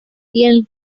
piel